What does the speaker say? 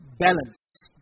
balance